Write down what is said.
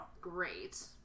Great